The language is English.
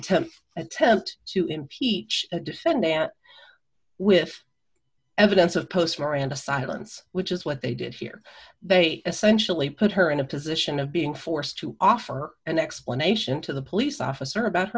intent attempt to impeach a defendant with evidence of post miranda silence which is what they did here they essentially put her in a position of being forced to offer an explanation to the police officer about her